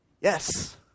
Yes